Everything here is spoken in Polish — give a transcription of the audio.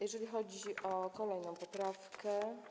Jeżeli chodzi o kolejną poprawkę.